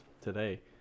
today